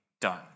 done